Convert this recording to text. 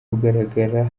kugaragara